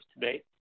today